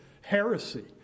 heresy